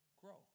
grow